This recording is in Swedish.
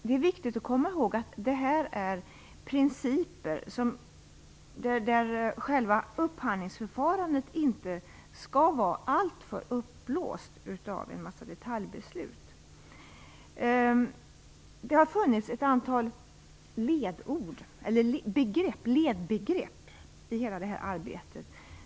Det är viktigt att komma ihåg att det här är principer, där själva upphandlingsförfarandet inte skall vara alltför upplåst av en massa detaljbeslut. Det har funnits ett antal ledbegrepp i hela detta arbete.